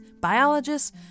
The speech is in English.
biologists